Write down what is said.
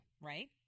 right